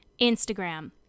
instagram